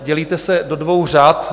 Dělíte se do dvou řad.